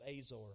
Azor